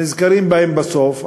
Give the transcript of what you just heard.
נזכרים בהם בסוף.